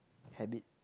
habit